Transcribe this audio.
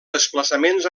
desplaçaments